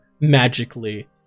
magically